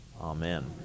Amen